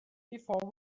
before